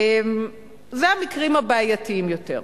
אלה המקרים הבעייתיים יותר.